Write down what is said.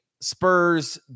Spurs